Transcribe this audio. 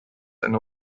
and